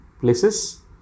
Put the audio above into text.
places